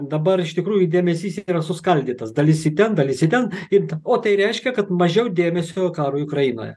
dabar iš tikrųjų dėmesys yra suskaldytas dalis į ten dalis į ten it o tai reiškia kad mažiau dėmesio karui ukrainoje